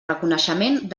reconeixement